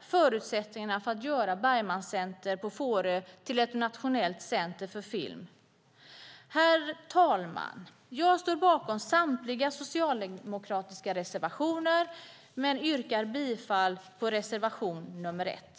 förutsättningarna för att göra Bergmancenter på Fårö till ett nationellt center för film utreds. Herr talman! Jag står bakom samtliga socialdemokratiska reservationer men yrkar bifall endast till reservation 1.